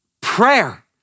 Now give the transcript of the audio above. Prayer